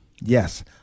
Yes